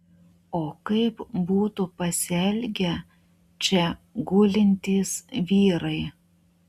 o kaip būtų pasielgę čia gulintys vyrai